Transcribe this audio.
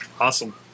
Awesome